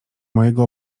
mojego